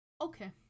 Okay